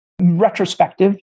retrospective